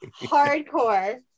Hardcore